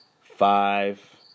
five